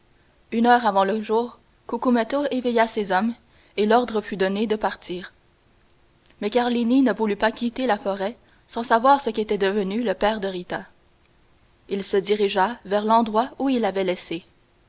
une heure avant le jour cucumetto éveilla ses hommes et l'ordre fut donné de partir mais carlini ne voulut pas quitter la forêt sans savoir ce qu'était devenu le père de rita il se dirigea vers l'endroit où il l'avait laissé